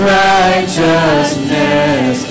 righteousness